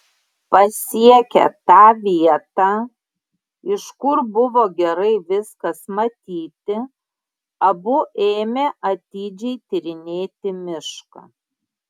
pasiekę tą vietą iš kur buvo gerai viskas matyti abu ėmė atidžiai tyrinėti mišką